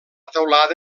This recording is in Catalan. teulada